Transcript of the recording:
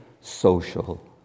social